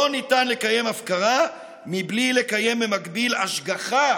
לא ניתן לקיים הפקרה מבלי לקיים במקביל השגחה